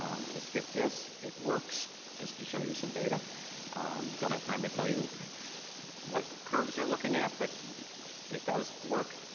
i'm going skip this. it works, just to show you some data. i don't have time to tell you what curves you're looking at, but it does work.